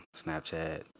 Snapchat